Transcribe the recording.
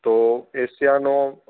તો એશિયાનો